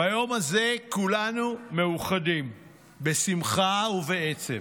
ביום הזה כולנו מאוחדים בשמחה ובעצב".